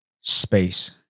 space